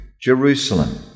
Jerusalem